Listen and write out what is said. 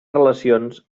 relacions